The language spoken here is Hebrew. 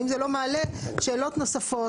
האם זה לא מעלה שאלות נוספות,